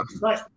right